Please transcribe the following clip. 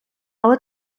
але